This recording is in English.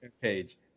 page